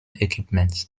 equipment